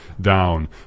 down